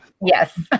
Yes